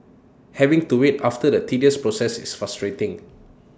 having to wait after the tedious process is frustrating